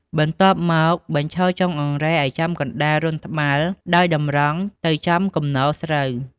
បន្ទាប់មក បញ្ឈរចុងអង្រែឱ្យចំកណ្តាលរន្ធត្បាល់ ដោយតម្រង់ទៅចំគំនរស្រូវ។